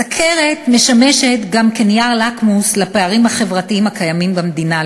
הסוכרת משמשת גם כנייר לקמוס לפערים החברתיים הקיימים במדינה,